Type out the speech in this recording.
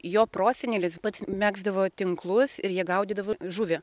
jo prosenelis pats megzdavo tinklus ir jie gaudydavo žuvį